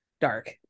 dark